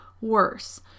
worse